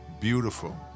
beautiful